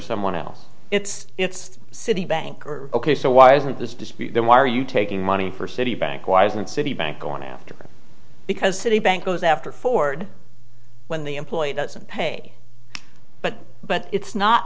someone else it's it's citibank or ok so why isn't this dispute then why are you taking money for citibank why isn't citibank going after him because citibank goes after ford when the employee doesn't pay but but it's not